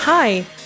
Hi